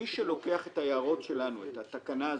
שמי שלוקח את ההערות שלנו, את התקנה הזאת,